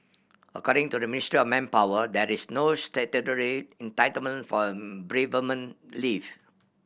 according to the Ministry of Manpower that is no statutory entitlement for bereavement leave